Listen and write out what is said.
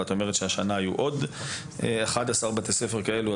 ואם את אומרת שהשנה היו עוד 11 בתי ספר כאלה,